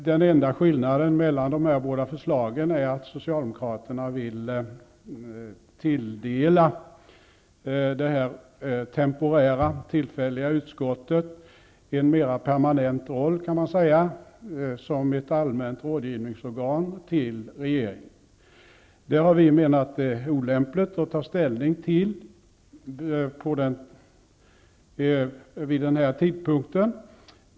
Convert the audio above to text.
Den enda skillnaden mellan de båda förslagen är, kan man säga, att Socialdemokraterna vill tilldela det tillfälliga utskottet en mera permanent roll som ett allmänt rådgivningsorgan åt regeringen. Det har vi menat är olämpligt att ta ställning till vid den här tidpunkten.